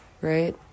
right